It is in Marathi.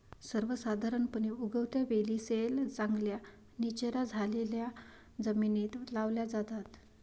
सर्वसाधारणपणे, उगवत्या वेली सैल, चांगल्या निचरा झालेल्या जमिनीत लावल्या जातात